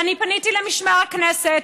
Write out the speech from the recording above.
ואני פניתי למשמר הכנסת,